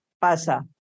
Pasa